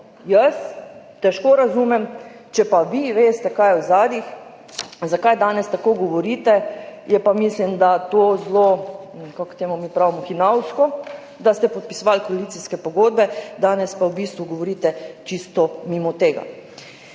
Jaz težko razumem, če pa vi veste, kaj je v ozadjih, zakaj danes tako govorite, je pa, mislim da, zelo – kako temu pravimo? – hinavsko to, da ste podpisovali koalicijske pogodbe, danes pa v bistvu govorite čisto mimo tega.